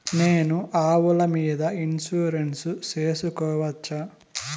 నేను ఆవుల మీద ఇన్సూరెన్సు సేసుకోవచ్చా?